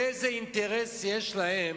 איזה אינטרס יש להם